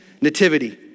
nativity